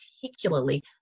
particularly